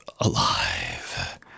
alive